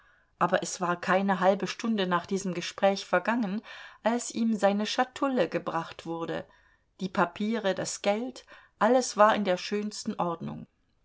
aber es war keine halbe stunde nach diesem gespräch vergangen als ihm seine schatulle gebracht wurde die papiere das geld alles war in der schönsten ordnung